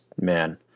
man